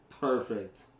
perfect